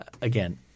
again